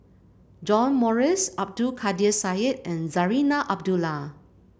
John Morrice Abdul Kadir Syed and Zarinah Abdullah